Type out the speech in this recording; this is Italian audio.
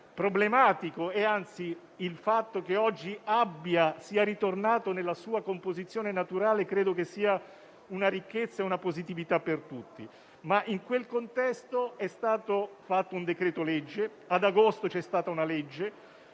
il fatto che oggi sia ritornato nella sua composizione naturale credo che sia una ricchezza e una positività per tutti), ha emanato un decreto-legge e ad agosto c'è stata una legge.